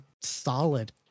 solid